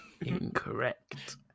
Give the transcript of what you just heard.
incorrect